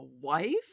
wife